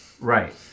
Right